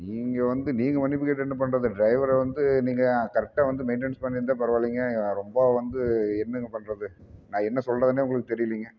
நீங்கள் வந்து நீங்கள் மன்னிப்பு கேட்டு என்ன பண்ணுறது டிரைவரை வந்து நீங்கள் கரெக்டாக வந்து மெயிண்டென்ஸ் பண்ணிருந்தால் பரவாயில்லைங்க ரொம்ப வந்து என்னங்க பண்ணுறது நான் என்ன சொல்கிறதுன்னே உங்களுக்கு தெரியலிங்க